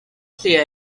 clear